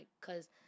cause